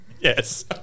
Yes